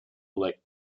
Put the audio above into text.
elect